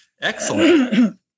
Excellent